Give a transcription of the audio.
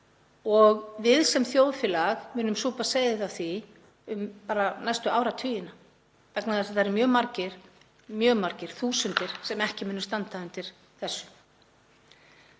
og við sem þjóðfélag munum súpa seyðið af því næstu áratugina vegna þess að það eru mjög margir, þúsundir, sem ekki munu standa undir þessu.